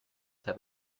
have